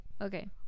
Okay